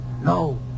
No